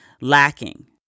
lacking